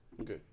Okay